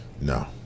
no